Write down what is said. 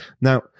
Now